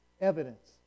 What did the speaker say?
evidence